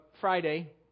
Friday